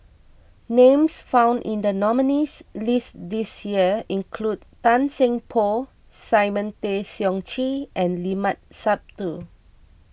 names found in the nominees' list this year include Tan Seng Poh Simon Tay Seong Chee and Limat Sabtu